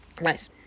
Nice